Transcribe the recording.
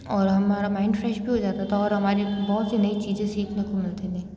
और हमारा mind fresh भी हो जाता था और हमें बहुत सी नई चीज़ें सीखने को मिलती थी